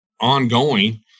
ongoing